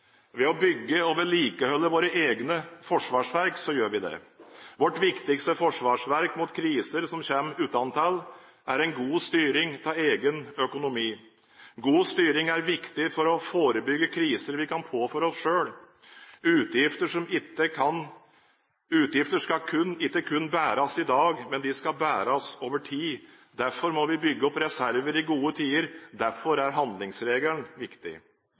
ved å bygge og vedlikeholde våre egne forsvarsverk. Vårt viktigste forsvarsverk mot kriser som kommer utenfra, er en god styring av egen økonomi. God styring er viktig for å forebygge kriser vi kan påføre oss selv. Utgifter skal ikke kun bæres i dag, men de skal bæres over tid. Derfor må vi bygge opp reserver i gode tider. Derfor er handlingsregelen viktig.